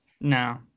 No